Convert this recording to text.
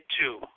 two